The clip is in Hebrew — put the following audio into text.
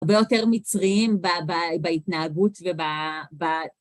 הרבה יותר מצריים בהתנהגות וב...